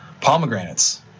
pomegranates